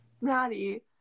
Maddie